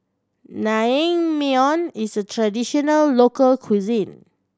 naengmyeon is a traditional local cuisine